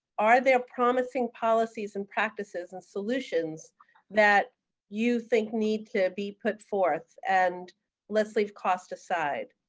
are there promising policies and practices and solutions that you think need to be put forth and let's leave cost aside?